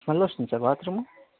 smell వస్తుందా sir bath room